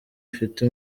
afite